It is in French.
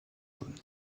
jaunes